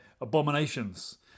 abominations